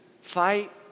fight